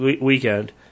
weekend